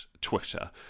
Twitter